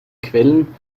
quellen